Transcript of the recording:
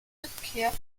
rückkehr